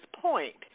point